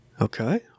Okay